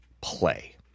play